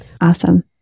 Awesome